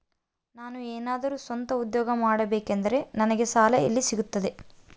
ನಾನು ಏನಾದರೂ ಸ್ವಂತ ಉದ್ಯೋಗ ಮಾಡಬೇಕಂದರೆ ನನಗ ಸಾಲ ಎಲ್ಲಿ ಸಿಗ್ತದರಿ?